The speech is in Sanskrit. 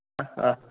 हा